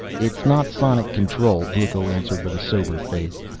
it is not sonic control, brucco answered with a sober face.